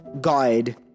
guide